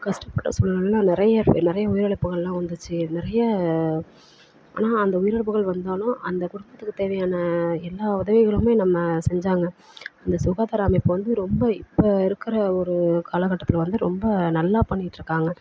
கஷ்டப்பட சூழ்நிலைல நிறைய நிறைய உயிரிழப்புகள்லாம் வந்துச்சு நிறைய ஆனால் அந்த உயிரிழப்புகள் வந்தாலும் அந்த குடும்பத்துக்குத் தேவையான எல்லா உதவிகளுமே நம்ம செஞ்சாங்க அந்த சுகாதார அமைப்பு வந்து ரொம்ப இப்போ இருக்கிற ஒரு காலக்கட்டத்தில் வந்து ரொம்ப நல்லா பண்ணிட்டுருக்காங்க